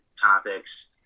topics